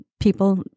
People